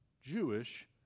Jewish